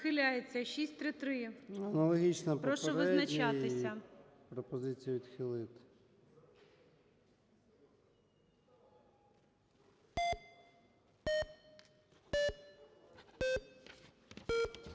681. Прошу визначатися. Просили відхилити